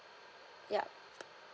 yup